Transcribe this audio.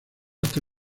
hasta